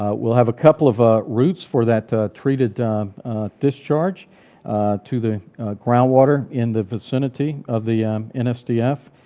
ah we'll have a couple of ah routes for that treated discharge to the groundwater in the vicinity of the nsdf,